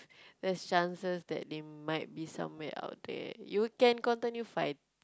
there's chances that they might be somewhere out there you can continue fi~